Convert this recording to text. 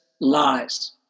lies